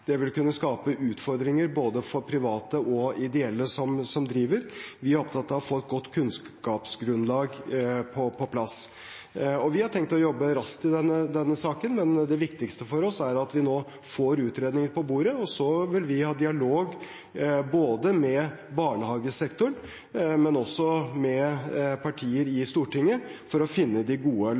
Det vil kunne skape utfordringer for både private og ideelle som driver barnehager. Vi er opptatt av å få et godt kunnskapsgrunnlag på plass. Vi har tenkt å jobbe raskt i denne saken, men det viktigste for oss er at vi får utredninger på bordet, og så vil vi ha dialog med både barnehagesektoren og partier i Stortinget for å finne de gode